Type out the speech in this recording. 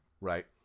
Right